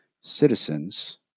citizens